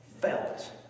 felt